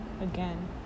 again